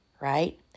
right